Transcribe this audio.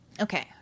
Okay